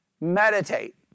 meditate